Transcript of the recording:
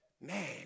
Man